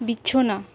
ᱵᱤᱪᱷᱱᱟᱹ